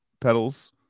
pedals